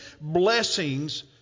blessings